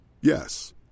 Yes